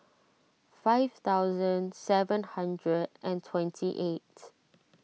five thousand seven hundred and twenty eight